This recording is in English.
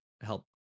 help